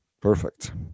Perfect